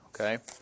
Okay